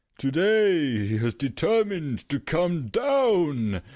to-day he has determined to come down,